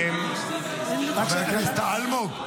הגירוש --- חבר הכנסת אלמוג.